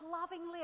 lovingly